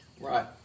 Right